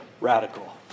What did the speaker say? radical